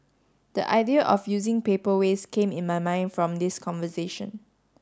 the idea of using paper waste came in my mind from this conversation